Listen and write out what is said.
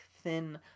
thin